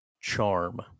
charm